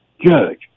judge